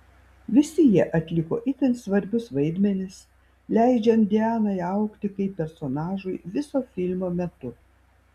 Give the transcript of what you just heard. visi jie atliko itin svarbius vaidmenis leidžiant dianai augti kaip personažui viso filmo metu